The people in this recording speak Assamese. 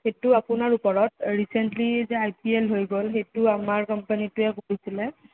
সেইটো আপোনাৰ ওপৰত ৰিচেণ্টলি যে আই পি এল হৈ গ'ল সেইটো আমাৰ কোম্পানীটোৱে বুকিছিলে